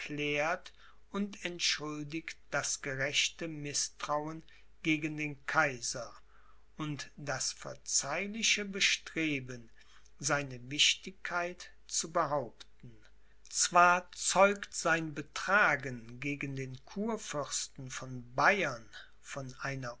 und entschuldigt das gerechte mißtrauen gegen den kaiser und das verzeihliche bestreben seine wichtigkeit zu behaupten zwar zeugt sein betragen gegen den kurfürsten von bayern von einer